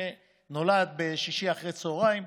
בשישי אחר הצוהריים,